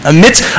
Amidst